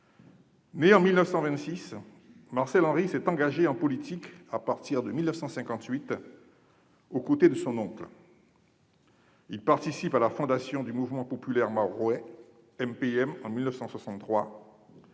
Né en 1926, Marcel Henry s'est engagé en politique à partir de 1958 aux côtés de son oncle. Il participe à la fondation du Mouvement populaire mahorais (MPM) en 1963,